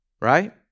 right